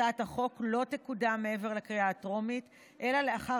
הצעת החוק לא תקודם מעבר לקריאה הטרומית אלא לאחר